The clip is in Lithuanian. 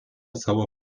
savo